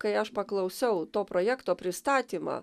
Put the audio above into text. kai aš paklausiau to projekto pristatymą